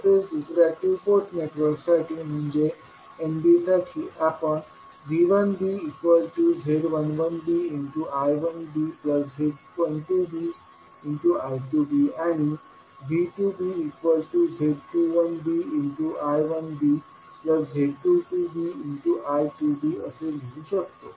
तसेच दुसऱ्या two port नेटवर्कसाठी म्हणजे NB साठी आपण V1bz11bI1bz12bI2b आणि V2bz21bI1bz22bI2b असे लिहू शकतो